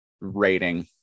rating